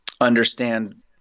understand